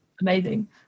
amazing